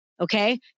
Okay